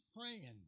praying